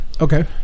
Okay